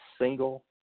single